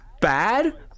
bad